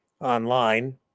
online